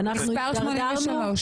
באיזה תחום?